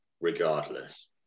regardless